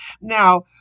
now